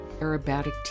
aerobatic